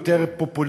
הוא יותר פופוליסטי,